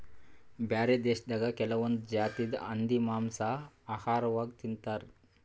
ಬ್ಯಾರೆ ದೇಶದಾಗ್ ಕೆಲವೊಂದ್ ಜಾತಿದ್ ಹಂದಿ ಮಾಂಸಾ ಆಹಾರವಾಗ್ ತಿಂತಾರ್